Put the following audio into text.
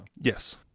Yes